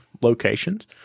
locations